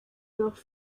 noch